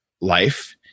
life